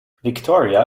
victoria